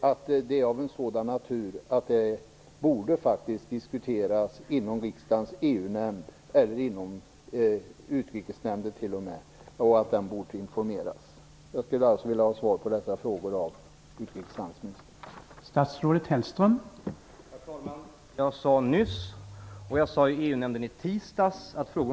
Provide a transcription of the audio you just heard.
Detta är av en sådan natur att det faktiskt borde diskuteras i riksdagens EU-nämnd eller t.o.m. i utrikesnämnden. Jag skulle vilja ha svar på dessa frågor av utrikeshandelsministern.